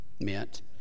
meant